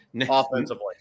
offensively